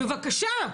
בבקשה,